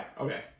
Okay